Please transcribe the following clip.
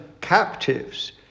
captives